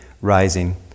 rising